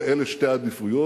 ואלה שתי העדיפויות: